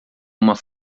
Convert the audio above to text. uma